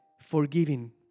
forgiving